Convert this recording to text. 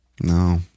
No